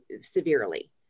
severely